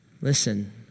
listen